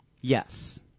Yes